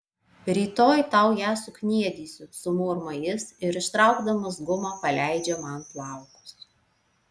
rytoj tau ją sukniedysiu sumurma jis ir ištraukdamas gumą paleidžia man plaukus